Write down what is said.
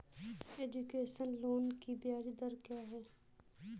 Education loan की ब्याज दर क्या है?